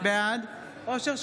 בעד אושר שקלים,